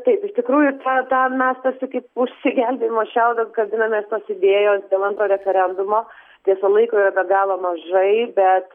taip iš tikrųjų tą tą mes tarsi kaip už išsigelbėjimo šiaudo kabinamės tos idėjos dėl antro referendumo tiesa laiko yra be galo mažai bet